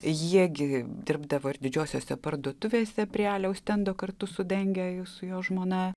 jie gi dirbdavo ir didžiosiose parduotuvėse prie aliaus stendo kartu su dange su jo žmona